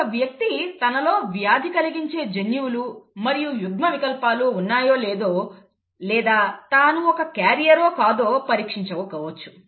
ఒకవ్యక్తి తనలో వ్యాధి కలిగించే జన్యువులు మరియు యుగ్మ వికల్పాలు ఉన్నాయో లేదో లేదా తాను ఒక క్యారియర్ ఓ కాదో పరీక్షించుకోవచ్చు